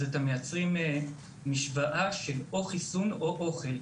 זה מייצר משוואה של או חיסון או אוכל.